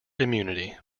immunity